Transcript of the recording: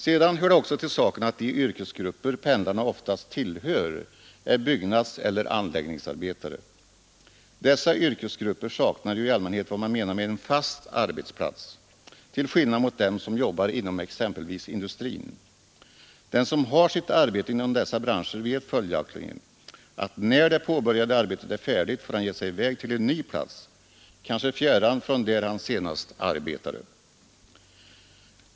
Sedan hör det också till saken att de yrkesgrupper pendlarna oftast tillhör är byggnadseller anläggningsarbetare. Dessa yrkesgrupper saknar ju i allmänhet vad man menar med en fast arbetsplats, till skillnad mot dem som jobbar inom exempelvis industrin. Den som har sitt arbete inom dessa branscher vet följaktligen, att när det påbörjade arbetet är färdigt får han ge sig i väg till en ny plats, kanske fjärran från den där han senast arbetade.